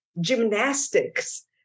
gymnastics